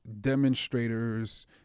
demonstrators